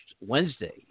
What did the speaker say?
Wednesday